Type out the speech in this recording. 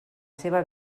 seva